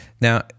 Now